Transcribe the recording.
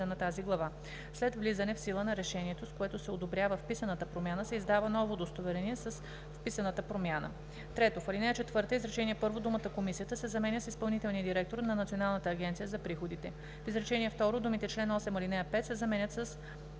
на тази глава. След влизане в сила на решението, с което се одобрява вписаната промяна, се издава ново удостоверение, с вписаната промяна.“ 3. В ал. 4, изречение първо думата „Комисията“ се заменя с „изпълнителния директор на Националната агенция за приходите“, в изречение второ думите „чл. 8, ал. 5“ се заменят с